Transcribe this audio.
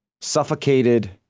suffocated